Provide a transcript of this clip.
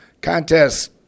contests